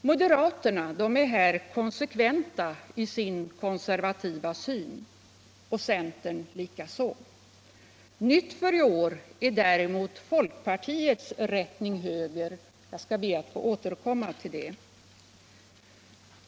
Moderaterna är här konsekventa i sin konservativa syn, centern likaså. Ny för i år är däremot folkpartiets rättning höger. Jag skaH be att få återkomma till det.